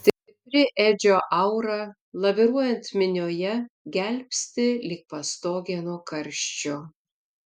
stipri edžio aura laviruojant minioje gelbsti lyg pastogė nuo karščio